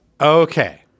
Okay